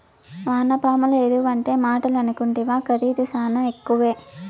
వానపాముల ఎరువంటే మాటలనుకుంటివా ఖరీదు శానా ఎక్కువే